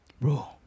bro